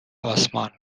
آسمان